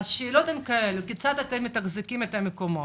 כיצד אתם מתחזקים את המקומות?